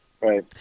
Right